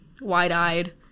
wide-eyed